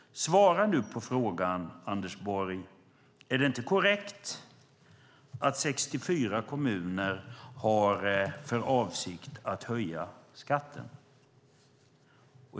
Svara nu på frågan, Anders Borg! Är det inte korrekt att 64 kommuner har för avsikt att höja skatten?